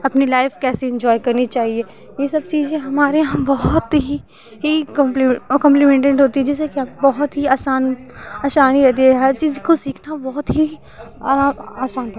अपनी लाइफ़ में कैसे एन्ज़ॉय करनी चाहिए ये सब चीज़ें हमारे यहाँ बहुत ही कम्पली कॉम्प्लिमेन्टेड होती है जिसे हम बहुत ही आसान आसानी रहती है इन सब चीज़ों को सीखना बहुत ही आराम आसान है